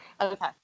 Okay